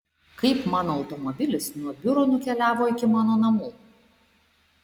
kaip mano automobilis nuo biuro nukeliavo iki mano namų